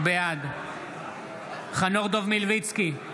בעד חנוך דב מלביצקי,